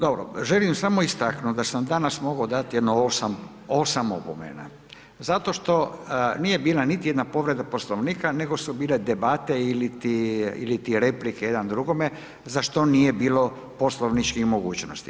Dobro, želim samo istaknut da sam danas mogao dati jedno 8 opomena zato što nije bila niti jedna povreda Poslovnika nego su bile debate iliti replike jedan drugome za što nije bilo poslovničkih mogućnosti.